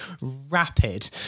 rapid